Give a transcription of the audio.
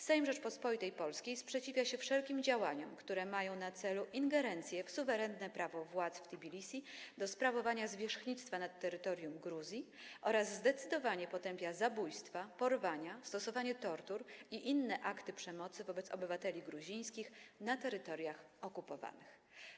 Sejm Rzeczypospolitej Polskiej sprzeciwia się wszelkim działaniom, które mają na celu ingerencję w suwerenne prawo władz w Tbilisi do sprawowania zwierzchnictwa nad terytorium Gruzji, oraz zdecydowanie potępia zabójstwa, porwania, stosowanie tortur i inne akty przemocy wobec obywateli gruzińskich na terytoriach okupowanych”